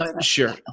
Sure